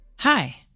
Hi